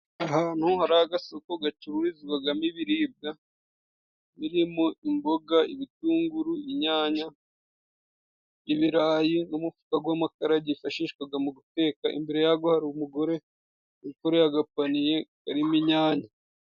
Ahantu hari agasoko gacururizwagamo ibiribwa birimo imboga, ibitunguru, inyanya, ibirayi, n'umufuka gw'amakara byifashishwaga mu guteka. Imbere yago hari umugore wikoreye agapaniye garimo inyanya.